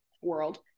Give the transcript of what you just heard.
world